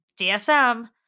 DSM